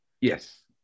yes